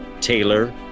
Taylor